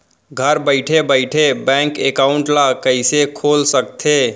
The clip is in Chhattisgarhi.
घर बइठे बइठे बैंक एकाउंट ल कइसे खोल सकथे?